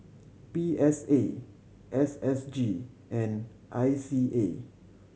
P S A S S G and I C A